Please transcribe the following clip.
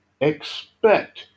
expect